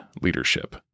leadership